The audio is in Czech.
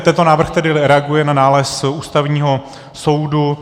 Tento návrh tedy reaguje na nález Ústavního soudu.